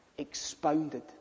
expounded